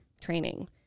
training